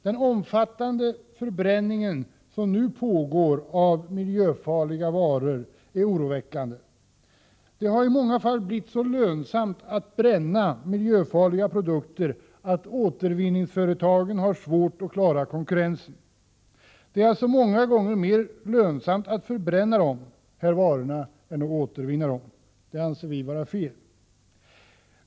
Den omfattande förbränning av miljöfarliga varor som nu pågår är oroväckande. Det har i många fall blivit så lönsamt att bränna miljöfarliga produkter att återvinningsföretagen har svårt att klara konkurrensen. Det är alltså många gånger mer lönsamt att förbränna miljöfarliga varor än att återvinna dem. Det anser vi vara fel.